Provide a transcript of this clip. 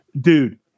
Dude